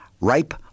ripe